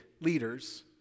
leaders